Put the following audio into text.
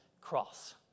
cross